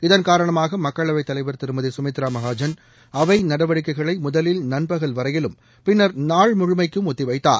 இதன்காரணமாக மக்களவைத்தலைவர் திருமதி குமித்ரா மகாஜன் அவை நடவடிக்கைகளை முதலில் நண்பகல் வரையிலும் பின்னர் நாள் முழுமைக்கும் ஒத்திவைத்தார்